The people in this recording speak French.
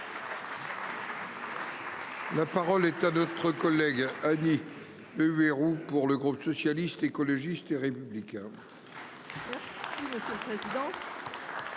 La parole est à notre collègue Annie. Le héros pour le groupe socialiste, écologiste et républicain.